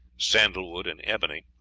sandalwood, and ebony.